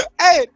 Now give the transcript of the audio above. Hey